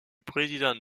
président